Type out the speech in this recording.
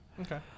Okay